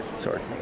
Sorry